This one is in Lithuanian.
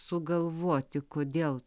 sugalvoti kodėl